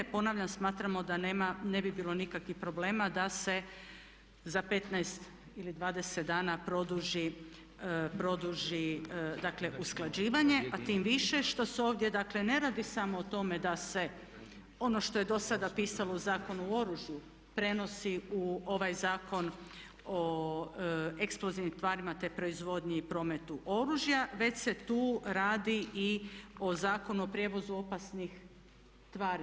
Ponavljam, smatramo da nema, ne bi bilo nikakvih problema da se za 15 ili 20 dana produži, dakle usklađivanje, a tim više što se ovdje, dakle ne radi samo o tome da se ono što je do sada pisalo u Zakonu o oružju prenosi u ovaj Zakon o eksplozivnim tvarima, te proizvodnji i prometu oružja već se tu radi i o Zakonu o prijevozu opasnih tvari.